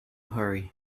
hurry